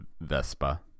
Vespa